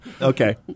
Okay